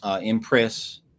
impress